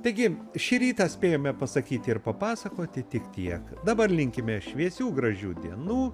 taigi šį rytą spėjome pasakyti ir papasakoti tik tiek dabar linkime šviesių gražių dienų